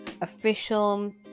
official